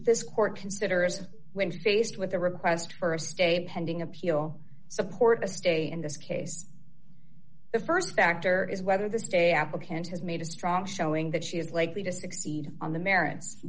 this court considers when faced with a request for a stay pending appeal support a stay in this case the st factor is whether the stay applicant has made a strong showing that she is likely to succeed on the merits